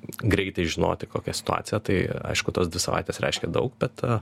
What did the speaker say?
greitai žinoti kokia situacija tai aišku tos dvi savaitės reiškia daug bet